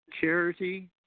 charity